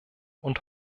und